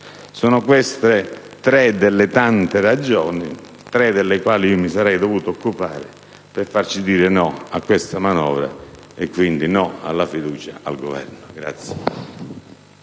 Sono queste tre delle tante ragioni (tre delle quali io mi sarei dovuto occupare) per farci dire no a questa manovra e, quindi, no alla fiducia al Governo.